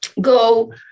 go